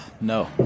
No